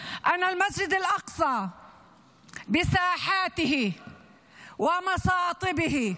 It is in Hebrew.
(אומרת דברים בשפה הערבית,